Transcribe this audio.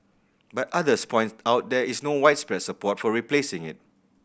but others point out there is no widespread support for replacing it